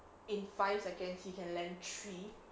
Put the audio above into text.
in five seconds he can land three